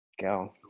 Go